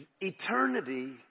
eternity